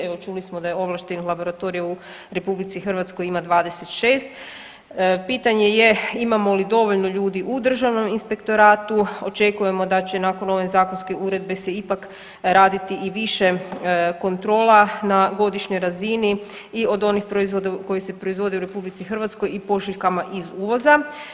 Evo, čuli smo da je ovlašteni laboratorij u RH ima 26, pitanje je imamo li dovoljno ljudi u Državnom inspektoratu, očekujemo da će nakon ove zakonske uredbe se ipak raditi i više kontrola na godišnjoj razini i od onih proizvoda koji se proizvode u RH i pošiljkama iz uvoza.